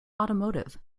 automotive